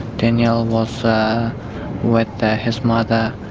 daniel was with his mother,